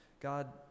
God